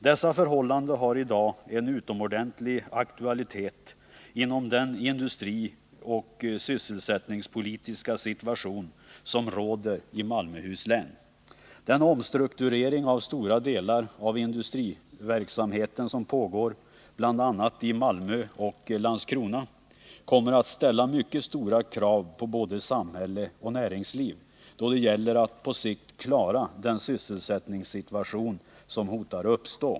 Dessa förhållanden har i dag en utomordentlig aktualitet inom den industrioch sysselsättningspolitiska situation som råder i Malmöhus län. Den omstrukturering av stora delar av industriverksamheten som pågår bl.a. i Malmö och Landskrona kommer att ställa mycket stora krav på både samhälle och näringsliv då det gäller att på sikt klara den sysselsättningssituation som hotar uppstå.